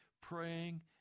praying